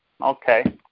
okay